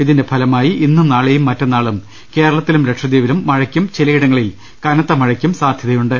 ഇതിന്റെ ഫലമായി ഇന്നും നാളെയും മറ്റന്നാളും കേരളത്തിലും ലക്ഷദ്വീപിലും മഴയ്ക്കും ചിലയിടങ്ങ ളിൽ കനത്ത മഴയ്ക്കും സാധൃതയുണ്ട്